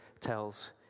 tells